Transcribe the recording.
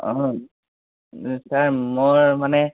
অঁ ছাৰ মই মানে